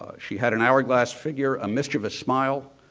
ah she had an hour glass figure, a mischievous smile,